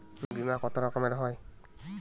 বিমা কত রকমের হয়?